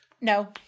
No